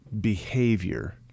behavior